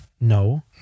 No